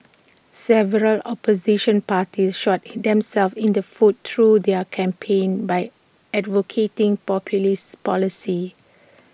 several opposition parties shot themselves in the foot through their campaigns by advocating populist policies